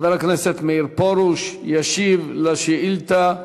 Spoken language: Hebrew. חבר הכנסת מאיר פרוש ישיב על השאילתה.